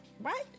Right